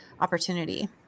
opportunity